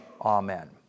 Amen